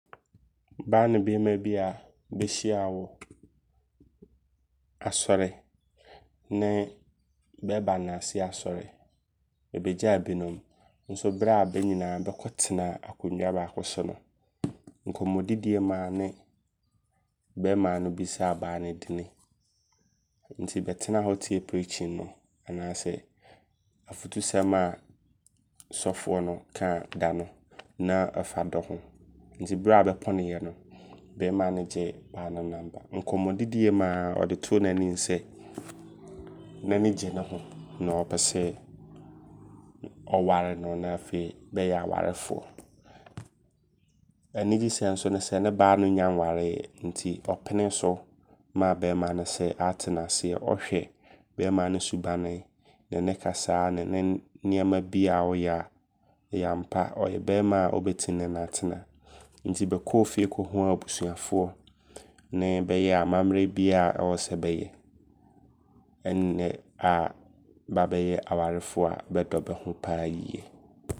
Baa ne beema bia wɔ asɔre ne beeba nnaase asɔre. Bɛ bɛgyaa binom. Nso berɛ a bɛ nyinaa bɛkɔtenaa akondwa baako so no, nkɔmmɔ didie muaa ne beema no bisaa baa ne dini. Nti bɛtenaa hɔ tie preaching no. Anaasɛ afutusɛm a sɔfoɔ no kaa da no. Na ɔfa dɔ ho. Nti berɛ bɛpɔnoyɛ no, beema no gyee baa no number. Nkɔmmɔ didie muaa ɔde too n'anim sɛ, n'ani gye ne ho. Ɔpɛ sɛ ɔware no na afei bɛyɛ awarefoɔ. Anigyesɛm so ne sɛ ne baa no nnya nwareyɛ. Nti ɔpenee so maa beema no sɛ waate no aseɛ. Ɔhwɛ beema no subane ne ne kasaa ne ne nneɛma bi a ɔyɛ a, ɛyɛ ampa, ɔyɛ beema ɔbɛtim ne no atena. Nti bɛkɔɔ fie kɔhuu abusuafoɔ ne bɛyɛɛ amammerɛ biaa ɛwɔ sɛ bɛyɛ. Ɛnnɛ a bɛ abɛyɛ awarefoɔ a bɛdɔ ho paa yie.